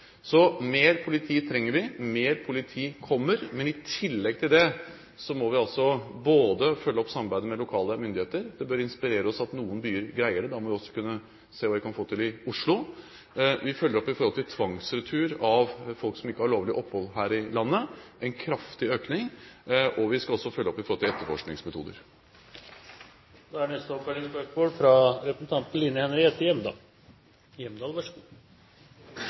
Så mer politi trenger vi, og mer politi kommer. I tillegg til det må vi følge opp samarbeidet med lokale myndigheter – det bør inspirere oss at noen byer greier det, da må vi også se hva vi kan få til i Oslo. Vi må følge opp i forhold til tvangsretur av folk som ikke har lovlig opphold her i landet – en kraftig økning – og vi skal også følge opp i forhold til